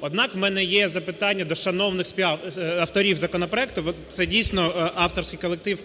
Однак у мене є запитання до шановних спів… авторів законопроекту. Це дійсно авторський колектив